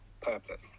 purpose